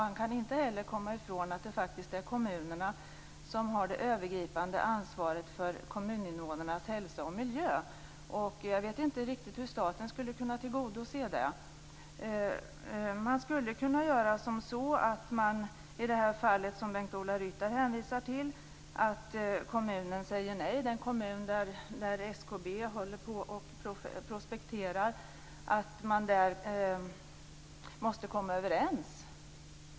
Han kan inte heller komma ifrån att det faktiskt är kommunerna som har det övergripande ansvaret för kommuninvånarnas hälsa och miljö. Jag vet inte riktigt hur staten skulle kunna tillgodose det. I det fall som Bengt-Ola Ryttar hänvisar till där en kommun där SKB håller på att prospektera säger nej måste man komma överens.